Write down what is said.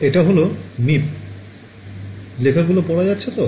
এটা হল Meep লেখাগুলো পড়া যাচ্ছে তো